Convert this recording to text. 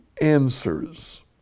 answers